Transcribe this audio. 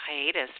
hiatus